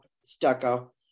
stucco